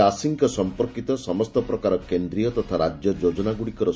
ଚାଷୀଙ୍କ ସମ୍ପର୍କିତ ସମସ୍ତ ପ୍ରକାର କେନ୍ଦ୍ରୀୟ ତଥା ରାଜ୍ୟ ଯୋଜନାଗୁଡ଼ିକର